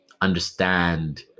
understand